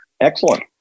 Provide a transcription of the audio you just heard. Excellent